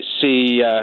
see